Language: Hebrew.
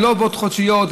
הן לא עובדות חודשיות,